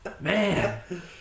Man